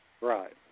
right